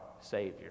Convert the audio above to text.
Savior